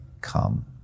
come